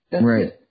Right